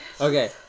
Okay